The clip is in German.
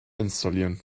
installieren